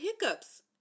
hiccups